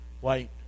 white